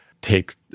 take